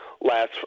last